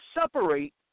separate